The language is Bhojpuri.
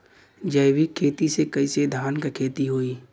जैविक खेती से कईसे धान क खेती होई?